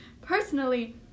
Personally